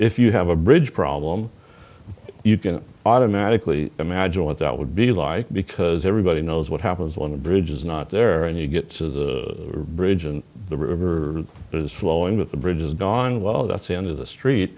if you have a bridge problem you can automatically imagine what that would be like because everybody knows what happens when a bridge is not there and you get to the bridge and the river is flowing with the bridge is gone well that's the end of the street